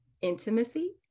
intimacy